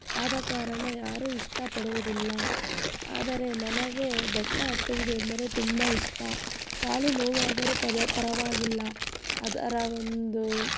ಆದ ಕಾರಣ ಯಾರೂ ಇಷ್ಟಪಡುವುದಿಲ್ಲ ಆದರೆ ನನಗೆ ಬೆಟ್ಟ ಹತ್ತುವುದೆಂದರೆ ತುಂಬ ಇಷ್ಟ ಕಾಲು ನೋವಾದರೂ ಪದ ಪರವಾಗಿಲ್ಲ ಅದರ ಒಂದು